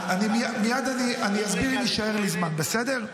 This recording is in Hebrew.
אני אסביר אם יישאר לי זמן, בסדר?